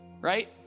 Right